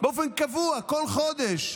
באופן קבוע, כל חודש,